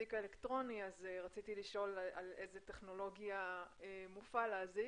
האזיק האלקטרוני רציתי לשאול על איזו טכנולוגיה מופעל האזיק?